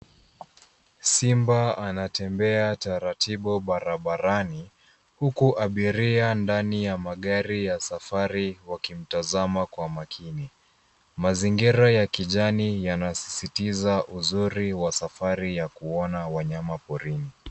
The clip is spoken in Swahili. Simba anatembea taratibu barabarani huku abiria ndani ya magari ya safari wakimtazana kwa umakini. Mazingira ya kijani yana sisitiza uzuri wa safari ya kuona wanyama porini.